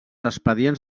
expedients